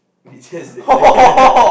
he says that